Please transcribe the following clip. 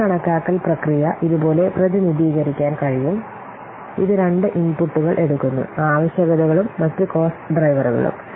ചെലവ് കണക്കാക്കൽ പ്രക്രിയ ഇതുപോലെ പ്രതിനിധീകരിക്കാൻ കഴിയും ഇത് രണ്ട് ഇൻപുട്ടുകൾ എടുക്കുന്നു ആവശ്യകതകളും മറ്റ് കോസ്റ്റ് ഡ്രൈവറുകളും